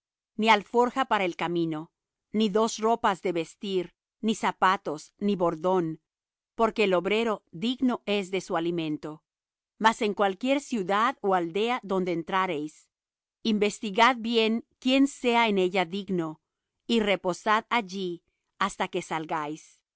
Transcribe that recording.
ni alforja para el camino ni dos ropas de vestir ni zapatos ni bordón porque el obrero digno es de su alimento mas en cualquier ciudad ó aldea donde entrareis investigad quién sea en ella digno y reposad allí hasta que salgáis